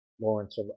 Lawrence